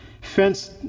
fence